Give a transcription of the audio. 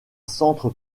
centre